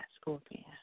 scorpion